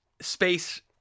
Space